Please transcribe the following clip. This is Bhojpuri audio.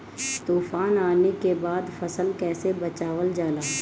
तुफान आने के बाद फसल कैसे बचावल जाला?